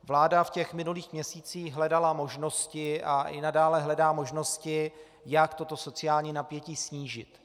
Vláda v minulých měsících hledala možnosti a i nadále hledá možnosti, jak toto sociální napětí snížit.